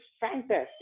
fantastic